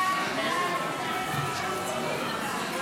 ובמקום להפעיל לחץ על האויב אתם מפעילים לחץ על הממשלה ששולחת